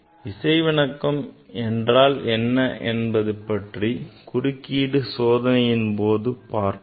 இசைவிணக்கம் என்றால் என்ன என்பதை பற்றி குறுக்கீடு சோதனையின்போது பார்ப்போம்